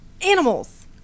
animals